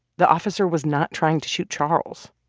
the officer was not trying to shoot charles,